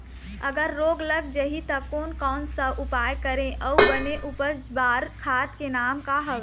अगर रोग लग जाही ता कोन कौन सा उपाय करें अउ बने उपज बार खाद के नाम का हवे?